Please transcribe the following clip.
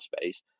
space